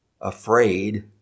afraid